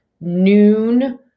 noon